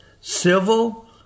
civil